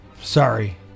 Sorry